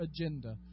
agenda